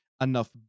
enough